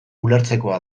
ulertzekoa